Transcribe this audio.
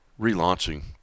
relaunching